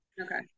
Okay